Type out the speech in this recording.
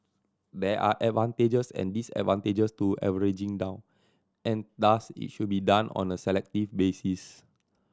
there are advantages and disadvantages to averaging down and thus it should be done on a selective basis